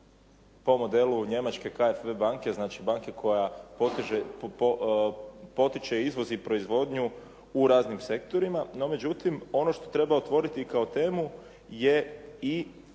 po modelu Njemačke … banke, znači banke koja potiče izvoz i proizvodnju u raznim sektorima. No, međutim ono što treba otvoriti kao temu je i